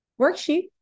worksheet